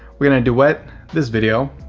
we're going to duet this video.